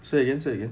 say again say again